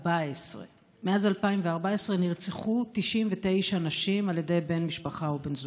2014. מאז 2014 נרצחו 99 נשים על ידי בן משפחה או בן זוג.